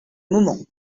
moment